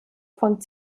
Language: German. von